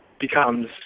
becomes